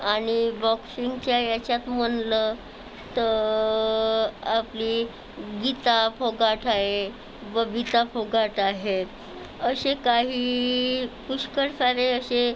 आणि बॉक्सिंगच्या ह्याच्यात म्हटलं तर आपली गीता फोगाट आहे बबीता फोगाट आहे असे काही पुष्कळ सारे असे